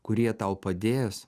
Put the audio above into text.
kurie tau padės